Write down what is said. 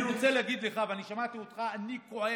אני רוצה להגיד לך, אני שמעתי אותך: אני כועס.